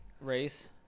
race